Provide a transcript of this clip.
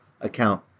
account